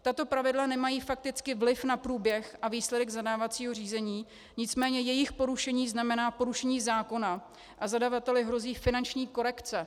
Tato pravidla nemají fakticky vliv na průběh a výsledek zadávacího řízení, nicméně jejich porušení znamená porušení zákona a zadavateli hrozí finanční korekce.